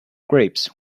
grapes